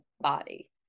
body